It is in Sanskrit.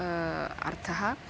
अर्थः